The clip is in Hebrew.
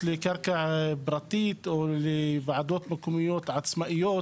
לקרקע פרטית או לוועדות מקומיות עצמאיות